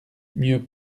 mieux